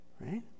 Right